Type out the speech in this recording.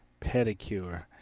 pedicure